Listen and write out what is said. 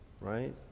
Right